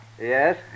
Yes